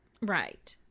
Right